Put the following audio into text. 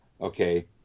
okay